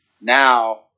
now